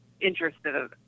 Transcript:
interested